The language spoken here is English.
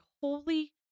holy